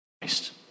Christ